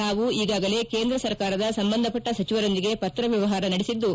ತಾವು ಈಗಾಗಲೇ ಕೇಂದ್ರ ಸರ್ಕಾರದ ಸಂಬಂಧಪಟ್ಟ ಸಚಿವರೊಂದಿಗೆ ಪತ್ರ ವ್ಯವಹಾರ ನಡೆಸಿದ್ದು